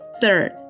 Third